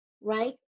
Right